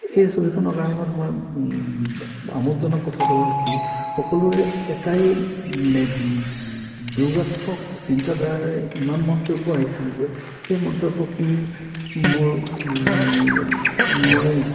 এই ছবিখন অঁকাৰ সময়ত মই আমোদজনক কথাটো হ'ল কি সকলোৰে এটাই বিয়োগাত্মক চিন্তাধাৰাৰে ইমান মন্তব্য আহিছিল যে সেই মন্তব্যখিনিৰ মোৰ মই